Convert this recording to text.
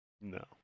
no